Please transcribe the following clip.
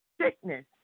sickness